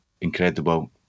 incredible